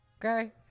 Okay